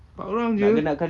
empat orang jer